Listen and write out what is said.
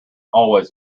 always